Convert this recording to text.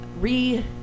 re